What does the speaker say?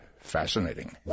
fascinating